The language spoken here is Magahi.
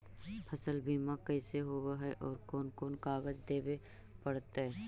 फसल बिमा कैसे होब है और कोन कोन कागज देबे पड़तै है?